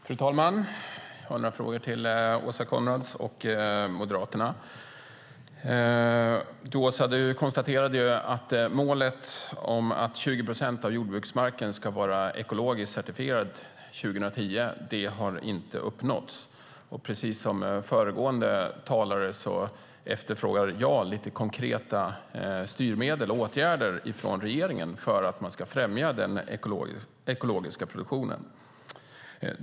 Fru talman! Jag har några frågor till Åsa Coenraads och Moderaterna. Du, Åsa, konstaterade att målet om att 20 procent av jordbruksmarken ska vara ekologiskt certifierad 2010 inte har uppnåtts. Precis som föregående talare efterfrågar jag lite konkreta styrmedel och åtgärder från regeringen för att främja den ekologiska produktionen.